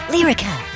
Lyrica